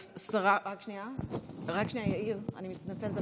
רק שנייה, יאיר, אני מתנצלת.